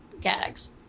gags